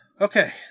Okay